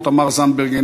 תמר זנדברג,